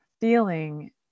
feeling